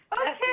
Okay